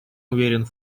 уверен